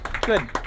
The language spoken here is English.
Good